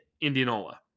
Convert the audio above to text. indianola